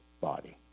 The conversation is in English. body